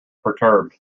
perturbed